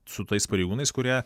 su tais pareigūnais kurie